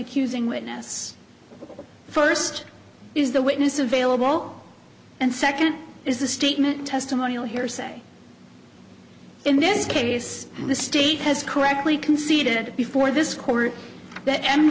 accusing witness first is the witness available and second is the statement testimonial hearsay in this case the state has correctly conceded before this court that